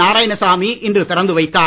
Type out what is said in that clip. நாராயணசாமி இன்று திறந்து வைத்தார்